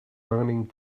learning